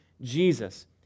Jesus